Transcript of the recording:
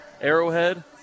arrowhead